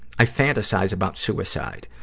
i fantasize about suicide.